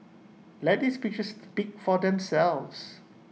let these pictures speak for themselves